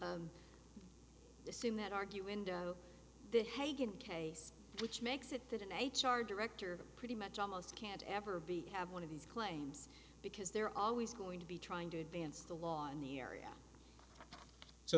same that argue in the hague and case which makes it that an h r director pretty much almost can't ever be have one of these claims because they're always going to be trying to advance the law in the area so